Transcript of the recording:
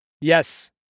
Yes